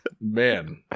Man